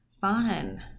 fun